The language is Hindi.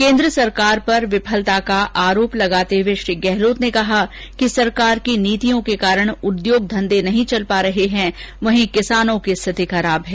केंद्र सरकार पर विफलता का आरोप लगाते हुए श्री गहलोत ने कहा कि सरकार की नीतियों के कारण उद्योग धंधे नहीं चल पा रहे हैं वहीं किसानों की स्थिति खराब है